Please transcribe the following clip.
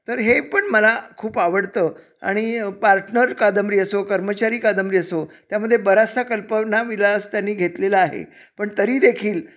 तर हे पण मला खूप आवडतं आणि पार्टनर कादंबरी असो कर्मचारी कादंबरी असो त्यामध्ये बराचसा कल्पनाविलास त्यांनी घेतलेला आहे पण तरीदेखील